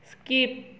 skip